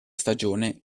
stagione